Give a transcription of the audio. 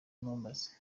ntumbaze